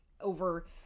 over